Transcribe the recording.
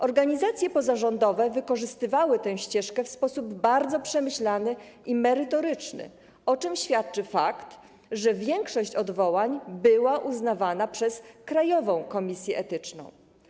Organizacje pozarządowe wykorzystywały tę ścieżkę w sposób bardzo przemyślany i merytoryczny, o czym świadczy fakt, że większość odwołań była uznawana przez krajową komisję etyczną.